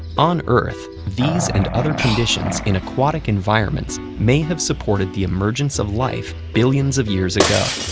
on earth, these and other conditions in aquatic environments may have supported the emergence of life billions of years ago.